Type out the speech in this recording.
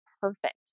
perfect